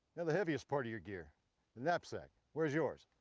now, the heaviest part of your gear, the knapsack where's yours?